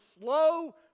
slow